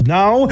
now